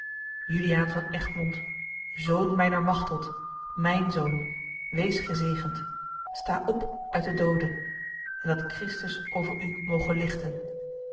juliaan van egmond zoon mijner machteld mijn zoon wees gezegend sta op uit den doode en dat christus over u moge lichten